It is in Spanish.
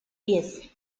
pies